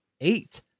eight